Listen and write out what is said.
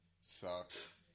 Sucks